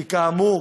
כי, כאמור,